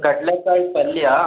ಕಡಲೆಕಾಯಿ ಪಲ್ಯ